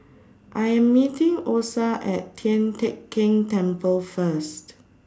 I Am meeting Osa At Tian Teck Keng Temple First